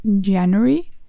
January